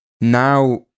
Now